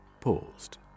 paused